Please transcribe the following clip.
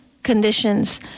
conditions